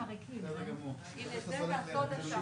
בבקשה,